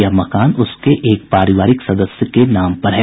यह मकान उसके एक पारिवारिक सदस्य के नाम पर है